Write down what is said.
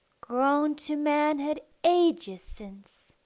grown to manhood ages since,